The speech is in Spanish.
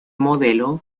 modelo